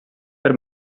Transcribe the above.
per